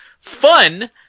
fun